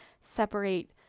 separate